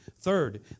Third